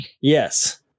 Yes